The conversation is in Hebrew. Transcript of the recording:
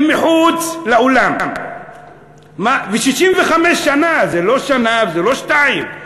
הם מחוץ לאולם, ו-65 שנה, זה לא שנה וזה לא שתיים.